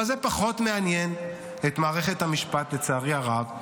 אבל זה פחות מעניין את מערכת המשפט, לצערי הרב.